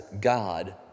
God